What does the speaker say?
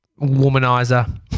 womanizer